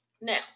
now